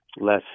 less